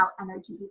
energy